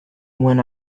when